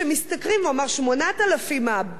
והוא אמר: 8,000 בן-הזוג,